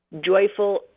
joyful